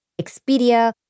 Expedia